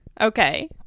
Okay